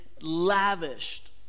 lavished